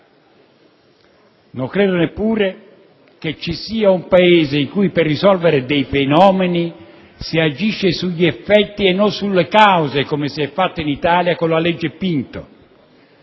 Non credo neppure che ci sia un Paese in cui, per risolvere dei fenomeni si agisce sugli effetti e non sulle cause, come si è fatto in Italia con la cosiddetta